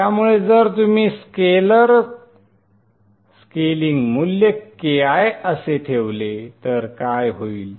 त्यामुळे जर तुम्ही स्केलर स्केलिंग मूल्य Ki असे ठेवले तर काय होईल